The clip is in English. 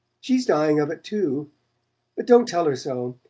she's dying of it too but don't tell her so,